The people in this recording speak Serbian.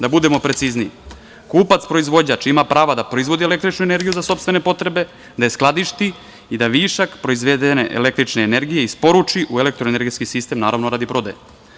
Da budemo precizniji kupac-proizvođač ima prava da proizvodi električnu energiju za sopstvene potrebe, da je skladišti i da višak proizvedene električne energije isporuči u elektroenergetski sistem, naravno, radi prodaje.